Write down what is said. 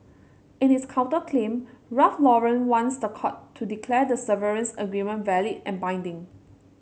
in its counterclaim Ralph Lauren wants the court to declare the severance agreement valid and binding